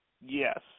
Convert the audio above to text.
Yes